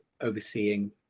overseeing